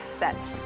sets